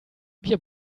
wir